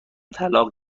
طلاق